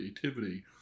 creativity